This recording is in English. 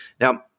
Now